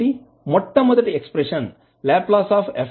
కాబట్టి మొట్టమొదటి expression LfFs0 fe stdt